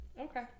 Okay